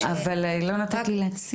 אבל לא נתת לי להציג.